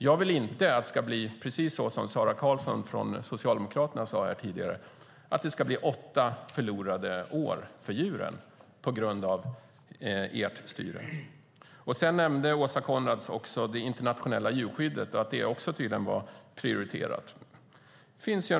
Jag vill inte att det ska bli så som Sara Karlsson från Socialdemokraterna sade här tidigare, att det ska bli åtta förlorade år för djuren på grund av ert styre. Åsa Coenraads nämnde också det internationella djurskyddet och att det tydligen också är prioriterat.